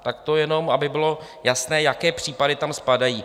Tak to jenom aby bylo jasné, jaké případy tam spadají.